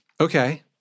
Okay